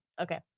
okay